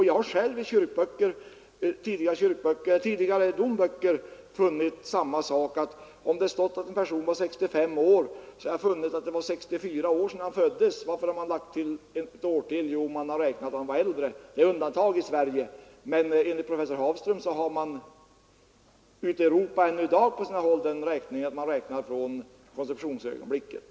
Jag har själv i tidiga domböcker funnit att om en persons ålder angavs till 65 år så var det 64 år sedan han föddes. Det är undantag i Sverige, men enligt professor Hafström räknar man på sina håll i Europa än i dag åldern från konceptionsögonblicket.